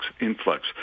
influx